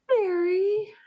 Mary